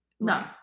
no